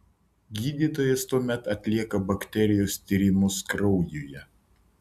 gydytojas tuomet atlieka bakterijos tyrimus kraujuje